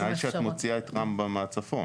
בתנאי שאת מוציאה את רמב"ם מהצפון.